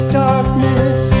darkness